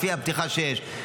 לפי הפתיחה שיש,